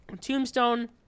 Tombstone